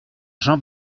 jean